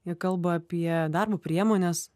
jie kalba apie darbo priemones